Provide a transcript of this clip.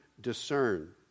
discern